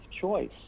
choice